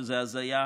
שזה הזיה.